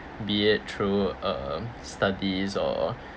be it through um studies or